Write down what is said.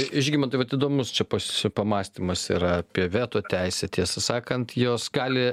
žygimantai vat įdomus čia pasi pamąstymas yra apie veto teisę tiesą sakant jos gali